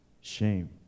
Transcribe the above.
shame